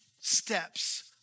steps